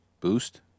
boost